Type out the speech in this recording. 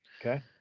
Okay